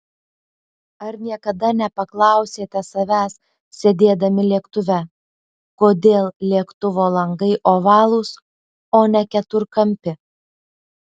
ar niekada nepaklausėte savęs sėdėdami lėktuve kodėl lėktuvo langai ovalūs o ne keturkampi